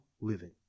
living